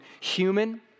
human